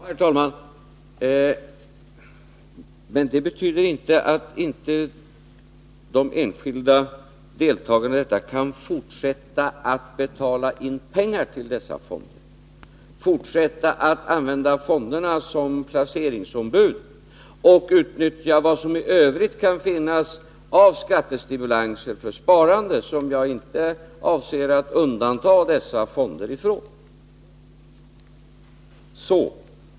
Herr talman! Men det betyder inte att de enskilda deltagarna i aktiesparandet inte kan fortsätta att betala in pengar till dessa fonder, att använda fonderna som placeringsombud och utnyttja vad som i övrigt kan finnas av skattestimulans för sparande, som jag inte avser att undanta dessa fonder från. Sådan är avsikten.